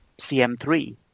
CM3